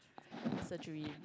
surgery